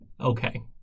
Okay